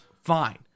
fine